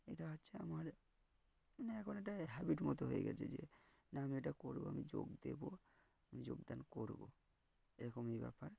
এটা হচ্ছে আমার মানে এখন একটা হ্যাবিট মতো হয়ে গেছে যে না আমি এটা করবো আমি যোগ দেবো আমি যোগদান করবো এরকমই ব্যাপার